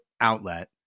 outlet